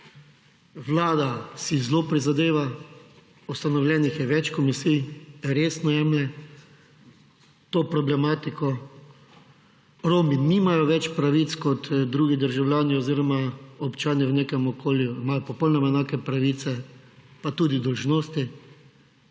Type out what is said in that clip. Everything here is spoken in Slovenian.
Vlada si zelo prizadeva, ustanovljenih je več komisij, resno jemlje to problematiko, Romi nimajo več pravic kot drugi državljani oziroma občani v nekem okolju, imajo popolnoma enake pravice pa tudi dolžnosti,